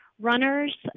runners